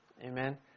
Amen